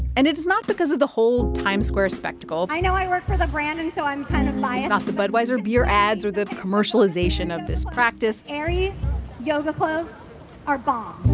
and it's not because of the whole times square spectacle i know i work for the brand, and so i'm kind of not the budweiser beer ads or the commercialization of this practice aerie yoga clothes are bomb.